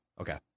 Okay